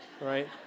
right